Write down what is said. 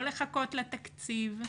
לא לחכות לתקציב,